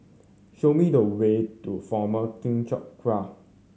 show me the way to Former Keng Teck Whay